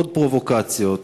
עוד פרובוקציות,